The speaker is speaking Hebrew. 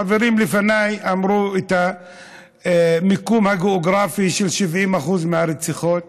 החברים לפניי אמרו את המיקום הגיאוגרפי של 70% מהרציחות.